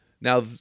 now